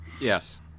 Yes